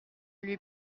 lui